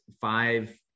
five